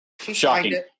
shocking